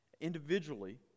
individually